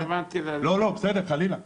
אבל לא התכוונתי ללשכות הפרטיות,